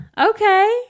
Okay